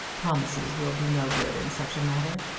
promises will do no good in such a matter.